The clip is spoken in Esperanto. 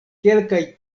kelkaj